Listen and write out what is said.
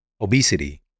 obesity